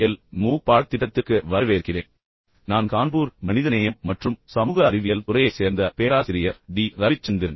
L MOOC பாடத்திட்டத்திற்கு மீண்டும் வரவேற்கப்படுகிறார்கள் நான் கான்பூர் மனிதநேயம் மற்றும் சமூக அறிவியல் துறையைச் சேர்ந்த பேராசிரியர் டி ரவிச்சந்திரன்